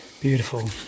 Beautiful